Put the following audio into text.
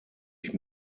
ich